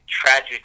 tragic